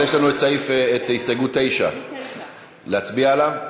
לא, אבל יש לנו הסתייגות 9. להצביע עליה?